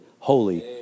Holy